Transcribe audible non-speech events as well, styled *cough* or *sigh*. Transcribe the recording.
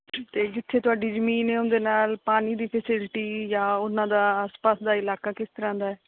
ਤੇ ਜਿੱਥੇ ਤੁਹਾਡੀ ਜਮੀਨ ਹੈ ਉਸ ਦੇ ਨਾਲ ਪਾਣੀ ਦੀ ਫਸਿਲਟੀ ਜਾਂ ਉਨ੍ਹਾਂ ਦਾ *unintelligible* ਦਾ ਇਲਾਕਾ ਕਿਸ ਤਰ੍ਹਾਂ ਦਾ ਹੈ